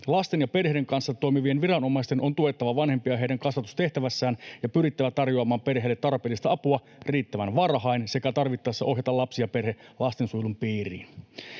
Lasten ja perheiden kanssa toimivien viranomaisten on tuettava vanhempia heidän kasvatustehtävässään ja pyrittävä tarjoamaan perheille tarpeellista apua riittävän varhain sekä tarvittaessa ohjata lapsi ja perhe lastensuojelun piiriin.